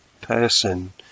person